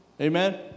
Amen